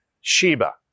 Sheba